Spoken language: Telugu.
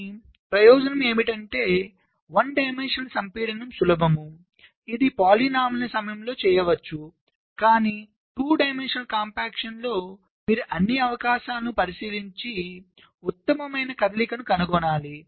కానీ ప్రయోజనం ఏమిటంటే ఒక డైమెన్షనల్ సంపీడనం సులభం ఇది బహుపది సమయంలో చేయవచ్చు కానీ 2 డైమెన్షనల్ కంపాక్షన్లు లో మీరు అన్ని అవకాశాలను పరిశీలించి ఉత్తమమైన కదలికను కనుగొనాలి